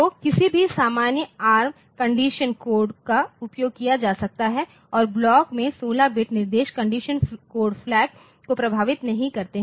तो किसी भी सामान्य एआरएम कंडीशन कोड का उपयोग किया जा सकता है और ब्लॉक में 16 बिट निर्देश कंडीशन कोड फ्लैग को प्रभावित नहीं करते हैं